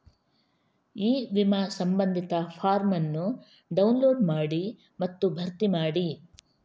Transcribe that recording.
E ವಿಮಾ ಸಂಬಂಧಿತ form ಅನ್ನು ಡೌನ್ಲೋಡ್ ಮಾಡಿ ಮತ್ತು ಭರ್ತಿ ಮಾಡಿ